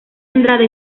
andrade